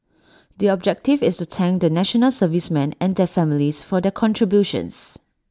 the objective is to thank the National Servicemen and their families for their contributions